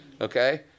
Okay